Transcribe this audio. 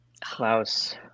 Klaus